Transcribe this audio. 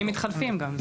שרים מתחלפים גם.